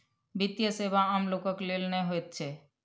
वित्तीय सेवा आम लोकक लेल नै होइत छै